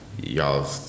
y'all